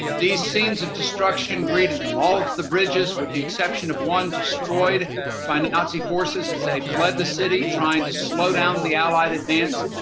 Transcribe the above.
these scenes of destruction greeted them, all of the bridges with the exception of one, destroyed by nazi forces as they fled the city trying to slow down the allied advance.